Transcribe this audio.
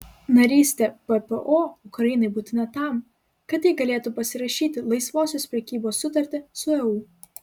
narystė ppo ukrainai būtina tam kad ji galėtų pasirašyti laisvosios prekybos sutartį su eu